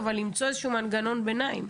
אבל למצוא איזשהו מנגנון ביניים.